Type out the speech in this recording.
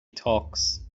talks